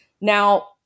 Now